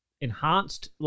enhanced